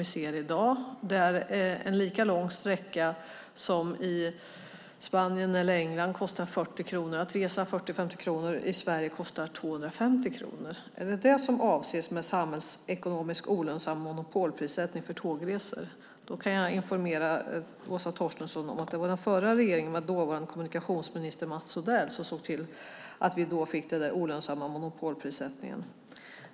Där ser vi att en lika lång sträcka som i Spanien eller England kostar 40-50 kronor i Sverige kostar 250 kronor. Är det detta som avses med samhällsekonomiskt olönsam monopolprissättning för tågresor? Jag kan informera Åsa Torstensson om att det var den förra borgerliga regeringen, med dåvarande kommunikationsminister Mats Odell, som såg till att vi då fick den olönsamma monopolprissättningen.